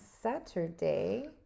Saturday